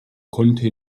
konnte